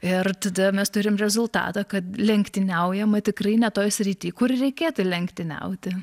ir tada mes turim rezultatą kad lenktyniaujama tikrai ne toj srity kur reikėtų lenktyniauti